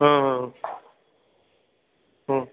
हाँ हाँ हाँ